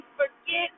forget